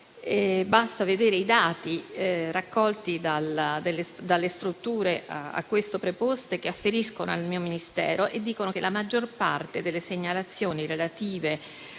basta vedere i dati raccolti dalle strutture a questo preposte che afferiscono al mio Ministero, secondo i quali la maggior parte delle segnalazioni relative